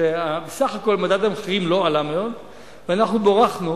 הפרופורציה היא שבסך הכול מדד המחירים לא עלה מאוד ואנחנו בורכנו,